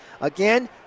Again